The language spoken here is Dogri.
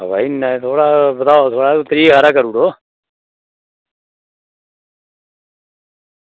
शाह् बधाओ थोह्ड़ा त्रीह् हारा करी ओड़ेओ